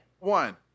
One